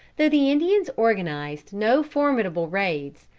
though the indians organized no formidable raids,